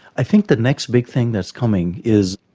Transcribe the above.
i think the next big thing that is coming is,